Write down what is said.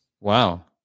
Wow